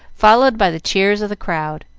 followed by the cheers of the crowd.